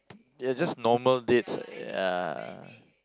they are just normal dates ya